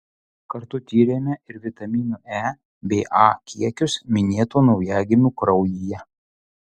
kartu tyrėme ir vitaminų e bei a kiekius minėtų naujagimių kraujyje